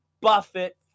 Buffett